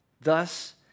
Thus